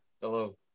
Hello